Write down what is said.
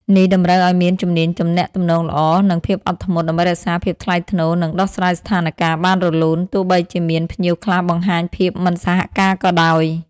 នេះតម្រូវឲ្យមានជំនាញទំនាក់ទំនងល្អ និងភាពអត់ធ្មត់ ដើម្បីរក្សាភាពថ្លៃថ្នូរ និងដោះស្រាយស្ថានការណ៍បានរលូន ទោះបីជាមានភ្ញៀវខ្លះបង្ហាញភាពមិនសហការក៏ដោយ។